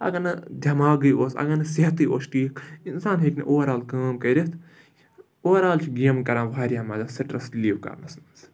اگر نہٕ دٮ۪ماغٕے اوس اگر نہٕ صحتٕے اوس ٹھیٖک اِنسان ہیٚکہِ نہٕ اوٚوَرآل کٲم کٔرِتھ اوٚوَرآل چھِ گیمہٕ کَران واریاہ مَدَد سٕٹرٛس رِلیٖو کَرنَس منٛز